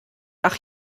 ach